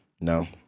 No